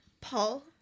paul